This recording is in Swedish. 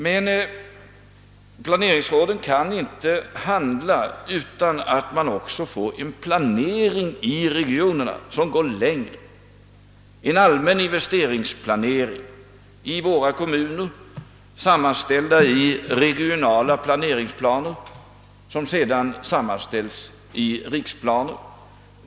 Men planeringsråden kan inte handla utan en samtidig planering i regionerna som går längre och omfattar en allmän investeringsplanering i våra kommuner, sammanställda i regionala planeringsplaner som sedan sammanställes 1 riksplaner.